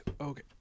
Okay